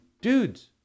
dudes